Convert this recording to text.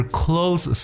close